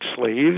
slaves